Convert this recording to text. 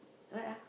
alright ah